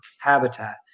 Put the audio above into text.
habitat